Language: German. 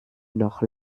noch